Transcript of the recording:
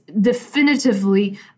definitively